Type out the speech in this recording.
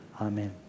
Amen